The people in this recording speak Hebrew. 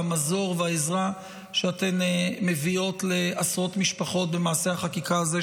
על המזור ועל העזרה שאתן מביאות לעשרות משפחות במעשה החקיקה הזה,